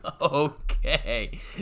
Okay